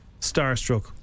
Starstruck